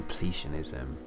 completionism